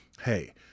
hey